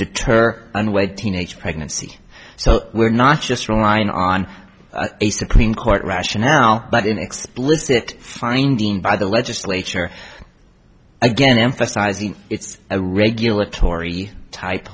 deter unwed teenage pregnancy so we're not just relying on a supreme court rationale but in explicit finding by the legislature again emphasizing it's a regulatory type